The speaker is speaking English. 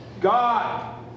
God